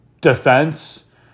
defense